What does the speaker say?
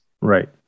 Right